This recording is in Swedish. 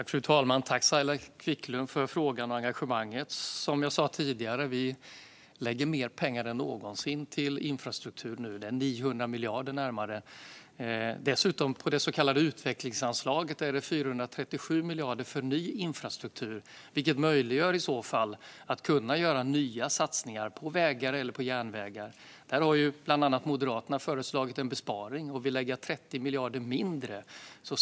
Fru talman! Tack, Saila Quicklund, för frågan och engagemanget! Som jag sa tidigare lägger vi nu mer pengar än någonsin på infrastruktur, närmare 900 miljarder. Dessutom är det 437 miljarder i det så kallade utvecklingsanslaget för ny infrastruktur, vilket möjliggör för nya satsningar på vägar eller järnvägar. Bland annat Moderaterna har där föreslagit en besparing och vill lägga 30 miljarder mindre.